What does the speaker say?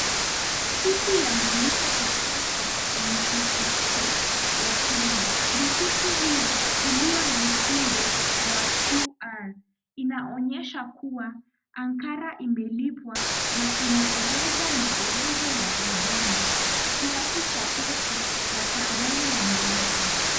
Risiti ya malipo kutoka kwa NTCA ya kenya. Risiti hiyo iliyo na msimbo wa QR inaonyesha kuwa ankara imelipwa na inaeleza maelezo ya huduma, kiasi cha pesa na tarehe ya malipo.